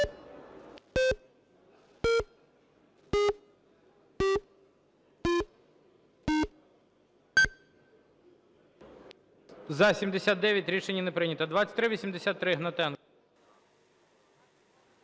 За-79 Рішення не прийнято. 2383. Гнатенко.